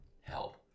help